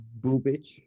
Bubich